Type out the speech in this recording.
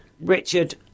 Richard